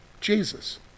Jesus